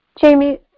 Jamie